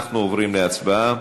אנחנו עוברים להצבעה.